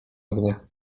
ognia